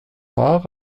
part